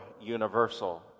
universal